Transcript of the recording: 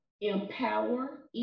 Empower